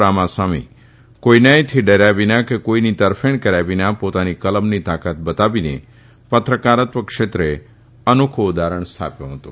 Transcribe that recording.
રામાસ્વામી કોઇનાયથી ડર્યા વિના કે કોઇની તરફેણ કર્યા વિના પોતાની કલમની તાકાત બતાવીને પત્રકારત્વ ક્ષેત્રે અનોખુ ઉદાહરણ સ્થાપ્યુ હતું